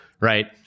right